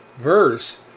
verse